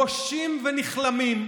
בושים ונכלמים,